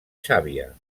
xàbia